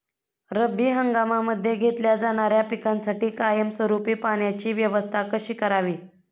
रब्बी हंगामामध्ये घेतल्या जाणाऱ्या पिकांसाठी कायमस्वरूपी पाण्याची व्यवस्था कशी करावी?